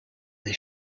they